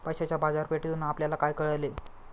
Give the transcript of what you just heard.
पैशाच्या बाजारपेठेतून आपल्याला काय कळले?